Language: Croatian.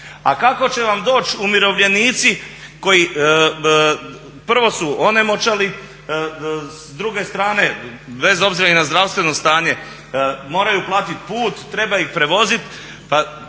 A kako će vam doći umirovljenici koji prvo su onemoćali, s druge strane bez obzira i na zdravstveno stanje moraju platiti put, treba ih prevoziti.